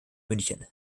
münchen